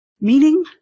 meaning